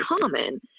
common